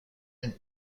and